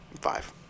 Five